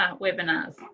webinars